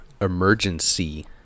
emergency